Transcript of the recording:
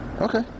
Okay